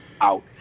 out